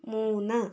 മൂന്ന്